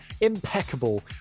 impeccable